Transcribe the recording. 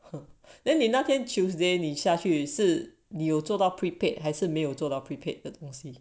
then 你那天 tuesday 你下去是你做到 prepaid 还是没有做到 prepaid 的东西